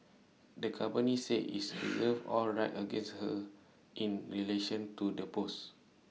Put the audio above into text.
the company said it's reserves all rights against her in relation to the post